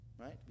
right